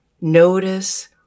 Notice